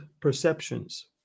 perceptions